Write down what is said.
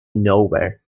nowhere